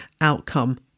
outcome